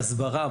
בהסברה,